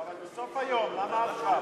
בסוף היום, למה עכשיו?